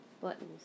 buttons